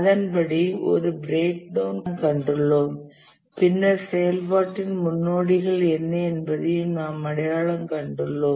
அதன்படி ஒரு பிறேக்டவுண் கட்டமைப்பிலிருந்து நாம் என்னென்ன செயல்பாடுகள் உள்ளன என்பதை அடையாளம் கண்டுள்ளோம் பின்னர் செயல்பாட்டின் முன்னோடிகள் என்ன என்பதையும் நாம் அடையாளம் கண்டுள்ளோம்